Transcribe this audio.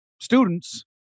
students